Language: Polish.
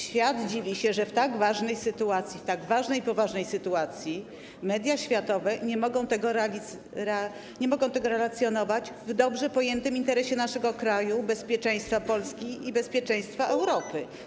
Świat dziwi się, że w tak ważnej sytuacji, w tak ważnej i poważnej sytuacji media światowe nie mogą tego relacjonować w dobrze pojętym interesie naszego kraju, bezpieczeństwa Polski i bezpieczeństwa Europy.